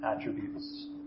attributes